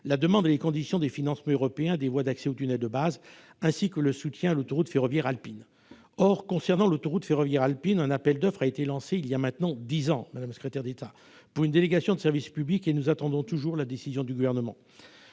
la demande et les conditions de financement européen des voies d'accès au tunnel de base, ainsi que le soutien à l'autoroute ferroviaire alpine ». Or, concernant cette autoroute, un appel d'offres a été lancé il y a maintenant dix ans pour une délégation de service public, et nous attendons toujours la décision du Gouvernement.